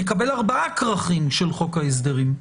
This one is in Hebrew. נקבל ארבעה כרכים של חוק ההסדרים.